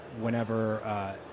whenever